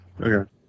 Okay